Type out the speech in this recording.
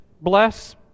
bless